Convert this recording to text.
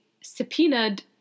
subpoenaed